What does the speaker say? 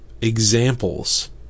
examples